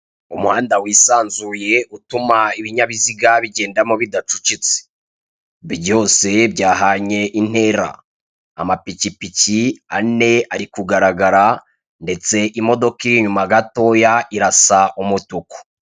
Umuhanda wisanzuye utuma ibinyabiziga bigendamo bidacucitse, byose byahanye intera. Amapikipiki ane ari kugaragara ndetse imodoka iri inyuma gatoya irasa umutuku.